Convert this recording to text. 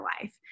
life